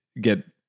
get